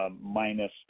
minus